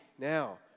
now